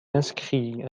inscrit